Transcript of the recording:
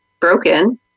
broken